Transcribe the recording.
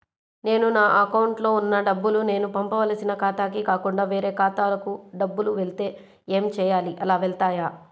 నేను నా అకౌంట్లో వున్న డబ్బులు నేను పంపవలసిన ఖాతాకి కాకుండా వేరే ఖాతాకు డబ్బులు వెళ్తే ఏంచేయాలి? అలా వెళ్తాయా?